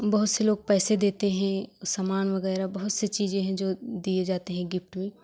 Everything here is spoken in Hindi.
बहुत से लोग पैसे देते हैं समान वगैरह बहुत से चीज़ें हैं जो दिए जाते हैं गिफ्ट में